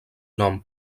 nom